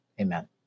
amen